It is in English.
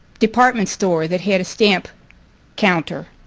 department store that had a stamp counter.